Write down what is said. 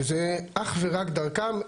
שזה אך ורק דרכם,